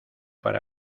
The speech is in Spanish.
para